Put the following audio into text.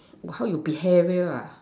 how you behaviour ah